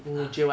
ah